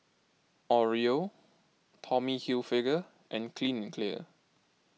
Oreo Tommy Hilfiger and Clean and Clear